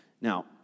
Now